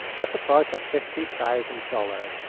at a price of fifty thousand dollars,